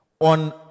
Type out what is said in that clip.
on